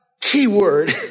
keyword